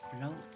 float